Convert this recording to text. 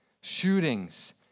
Shootings